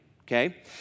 okay